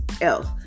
else